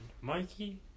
Mikey